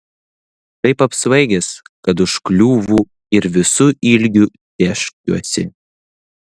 taip apsvaigęs kad užkliūvu ir visu ilgiu tėškiuosi